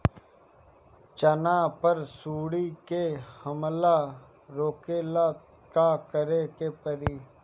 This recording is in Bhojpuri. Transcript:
चना पर सुंडी के हमला रोके ला का करे के परी?